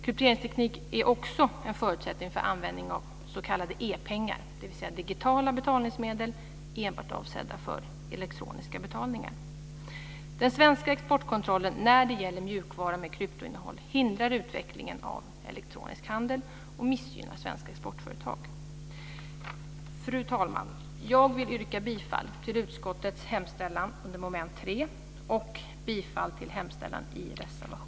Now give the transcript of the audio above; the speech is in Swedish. Krypteringsteknik är också en förutsättning för användning av s.k. e-pengar, dvs. digitala betalningsmedel enbart avsedda för elektroniska betalningar. Den svenska exportkontrollen när det gäller mjukvara med kryptoinnehåll hindrar utvecklingen av elektronisk handel och missgynnar svenska exportföretag. Fru talman! Jag vill yrka bifall till utskottets hemställan under mom. 3 och till reservation 1.